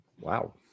Wow